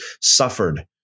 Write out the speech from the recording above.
suffered